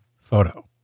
photo